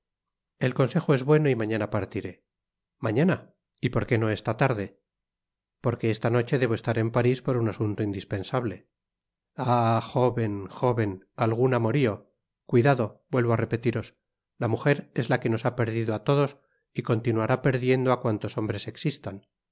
el consejo es bueno y mañana partiré mañana y por qué no esa tarde porque esta noche debo estar en paris por un asunto indispensable ah jóven i jóven algun amorío cuidado vuelvo á repetiros la muger es la que nos ha perdido á todos y continuará perdiendo á cuantos hombres existan